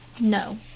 No